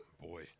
Boy